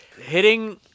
hitting